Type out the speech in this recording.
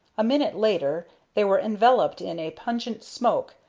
a minute later they were enveloped in a pungent smoke,